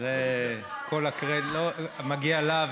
כל הקרדיט מגיע לה.